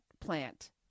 plant